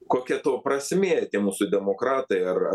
kokia to prasmė tie mūsų demokratai ar